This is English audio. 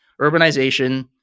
urbanization